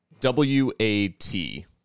W-A-T